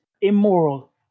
immoral